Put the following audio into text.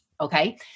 okay